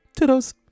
Toodles